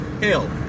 Hell